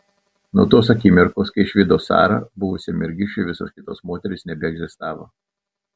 nuo tos akimirkos kai išvydo sarą buvusiam mergišiui visos kitos moterys nebeegzistavo